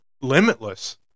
limitless